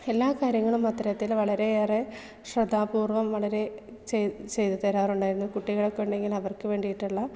എല്ലാ കാര്യങ്ങളും അത്തരത്തിൽ വളരെയേറെ ശ്രദ്ധാപൂർവ്വം വളരെ ചെയ്തു ചെയ്തുതരാറുണ്ടായിരുന്നു കുട്ടികൾക്ക് ഉണ്ടെങ്കിൽ അവർക്ക് വേണ്ടിയിട്ടുള്ള